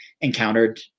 encountered